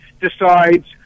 decides